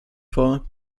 vor